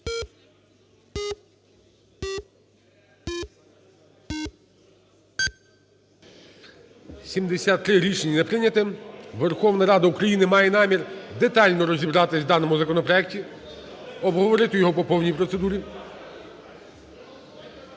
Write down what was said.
За-73 Рішення не прийнято. Верховна Рада України має намір детально розібратись у даному законопроекті, обговорити його по повній процедурі.